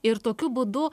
ir tokiu būdu